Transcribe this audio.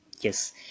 yes